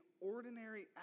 ordinary